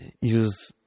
use